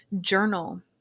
journal